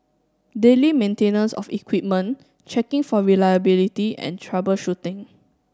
daily maintenance of equipment checking for reliability and troubleshooting